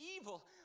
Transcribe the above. evil